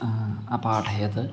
अपाठयत्